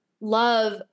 love